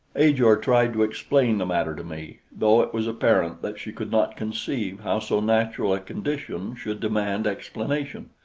ajor tried to explain the matter to me, though it was apparent that she could not conceive how so natural a condition should demand explanation.